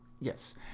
yes